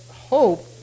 hope